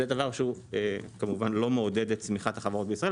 זה דבר שהוא כמובן לא מעודד את צמיחת החברות בישראל.